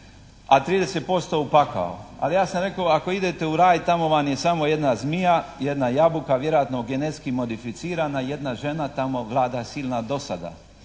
a 30% u pakao. Ali ja sam rekao ako idete u raj tamo vam je samo jedna zmija, jedna jabuka, vjerojatno genetski modificirana, jedna žena, tamo vlada silna dosada.